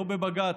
לא בבג"ץ,